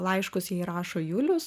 laiškus jai rašo julius